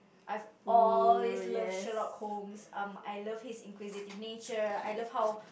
I've always love Sherlock-Holmes um I love his inquisitive nature I love how